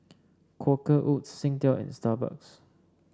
Quaker Oats Singtel and Starbucks